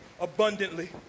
abundantly